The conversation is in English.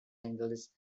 angeles